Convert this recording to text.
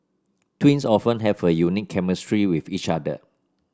twins often have a unique chemistry with each other